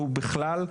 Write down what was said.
בכלל,